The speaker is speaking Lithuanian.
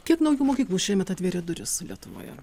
kiek naujų mokyklų šiemet atvėrė duris lietuvoje